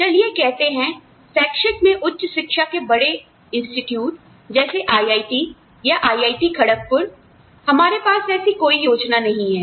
चलिए कहते हैं शैक्षिक में उच्च शिक्षा के बड़े इंस्टिट्यूट जैसे IIT या IIT खड़कपुर हमारे पास ऐसी कोई योजना नहीं है